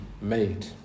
Made